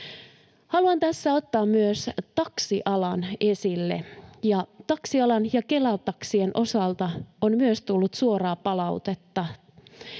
Haluan tässä ottaa esille myös taksialan. Taksialan ja Kela-taksien osalta on myös tullut suoraa palautetta.